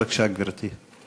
בבקשה, גברתי.